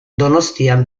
donostian